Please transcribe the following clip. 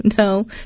no